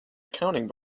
accounting